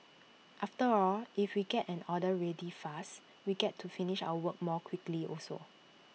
after all if we get an order ready fast we get to finish our work more quickly also